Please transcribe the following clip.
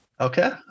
Okay